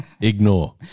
Ignore